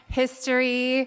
history